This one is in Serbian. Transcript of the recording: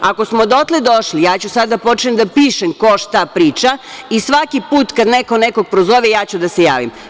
Ako smo dotle došli, ja ću sad da počnem da pišem ko šta priča i svaki put kad neko nekog prozove ja ću da se javim.